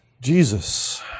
Jesus